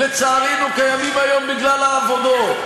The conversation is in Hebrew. לצערנו, הם קיימים היום בגלל העבודות.